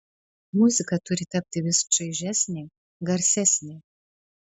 muzika turi tapti vis čaižesnė garsesnė